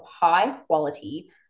high-quality